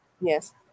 Yes